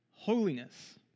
Holiness